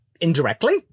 indirectly